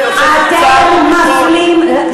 אני מסכים אתך,